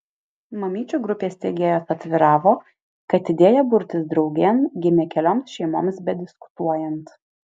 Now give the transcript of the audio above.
mamyčių grupės steigėjos atviravo kad idėja burtis draugėn gimė kelioms šeimoms bediskutuojant